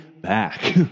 back